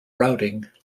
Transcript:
routing